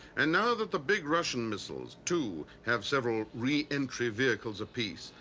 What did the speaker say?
and now that the big russian missiles, too, have several re-entry vehicles apiece,